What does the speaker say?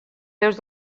peus